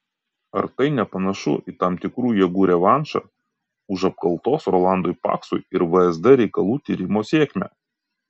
ar tai nepanašu į tam tikrų jėgų revanšą už apkaltos rolandui paksui ir vsd reikalų tyrimo sėkmę